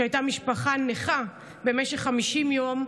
שהייתה משפחה נכה במשך 50 יום,